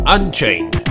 Unchained